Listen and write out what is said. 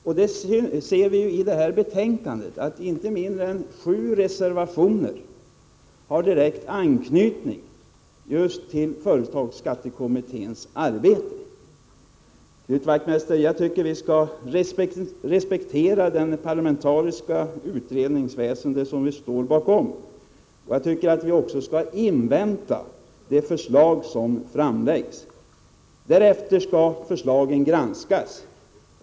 Inte mindre än sju reservationer i det här betänkandet har direkt anknytning till företagsskattekommitténs arbete. Jag tycker vi skall respektera det parlamentariska utredningsväsende som vi står bakom, Knut Wachtmeister. Jag tycker därför att vi skall invänta det förslag som kommer att framläggas. Därefter skall förslaget granskas.